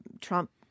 Trump